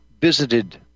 visited